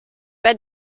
pas